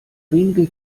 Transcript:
wenige